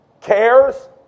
Cares